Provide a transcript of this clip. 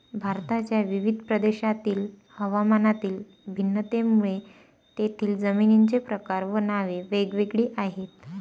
भारताच्या विविध प्रदेशांतील हवामानातील भिन्नतेमुळे तेथील जमिनींचे प्रकार व नावे वेगवेगळी आहेत